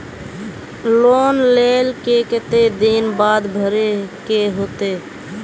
Loan लेल के केते दिन बाद भरे के होते?